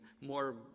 more